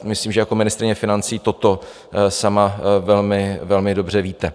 Myslím, že jako ministryně financí toto sama velmi dobře víte.